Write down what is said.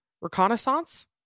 Reconnaissance